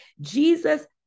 Jesus